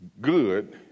Good